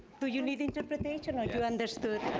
so you need interpretation or you understood?